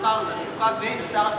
המסחר והתעסוקה ועם שר התחבורה.